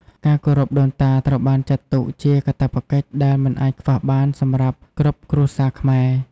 ការគោរពដូនតាត្រូវបានចាត់ទុកជាកាតព្វកិច្ចដែលមិនអាចខ្វះបានសម្រាប់គ្រប់គ្រួសារខ្មែរ។